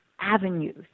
avenues